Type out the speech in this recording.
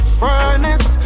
furnace